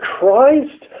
Christ